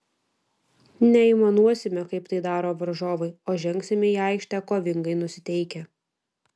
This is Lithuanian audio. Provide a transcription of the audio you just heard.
neaimanuosime kaip tai daro varžovai o žengsime į aikštę kovingai nusiteikę